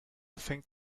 fängt